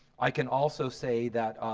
i can also say that